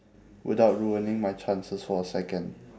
without ruining my chances for a second